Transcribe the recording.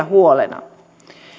huolena